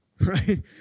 right